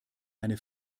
eine